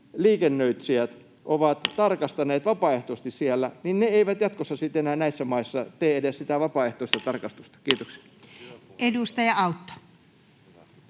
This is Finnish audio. koputtaa] nyt tarkastaneet vapaaehtoisesti siellä, niin ne eivät jatkossa sitten enää näissä maissa tee edes sitä vapaaehtoista tarkastusta?— Kiitoksia. [Speech 40]